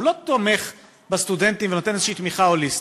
הוא לא תומך בסטודנטים ונותן איזו תמיכה הוליסטית,